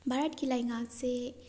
ꯚꯥꯔꯠꯀꯤ ꯂꯩꯉꯥꯛꯁꯦ